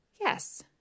Yes